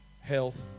health